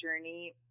journey